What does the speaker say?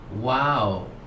wow